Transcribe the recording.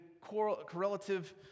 correlative